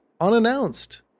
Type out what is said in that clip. unannounced